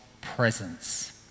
presence